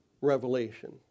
revelation